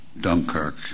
Dunkirk